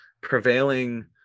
prevailing